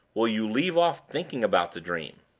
will you leave off thinking about the dream?